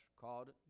called